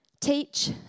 Teach